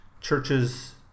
Churches